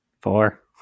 Four